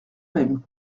mêmes